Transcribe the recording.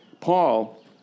Paul